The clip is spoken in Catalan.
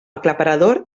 aclaparador